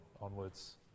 onwards